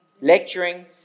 lecturing